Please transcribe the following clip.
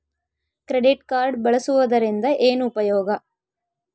Credit card ಬಳಸುವದರಿಂದ ಏನು ಉಪಯೋಗ?